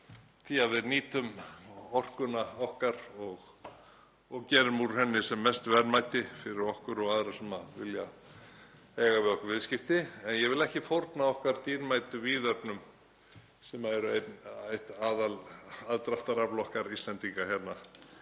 því að við nýtum orkuna okkar og gerum úr henni sem mest verðmæti fyrir okkur og aðra sem vilja eiga við okkur viðskipti. En ég vil ekki fórna okkar dýrmætu víðernum sem eru eitt aðalaðdráttarafl okkar Íslendinga sem